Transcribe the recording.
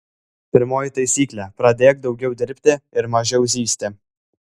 pirmoji taisyklė pradėk daugiau dirbti ir mažiau zyzti